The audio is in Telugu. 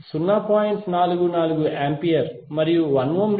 44 ఆంపియర్ మరియు 1 ఓం రెసిస్టెన్స్ లో 0